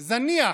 ברוב זניח,